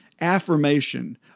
affirmation